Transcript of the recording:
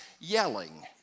yelling